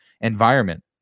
environment